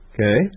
Okay